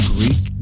Greek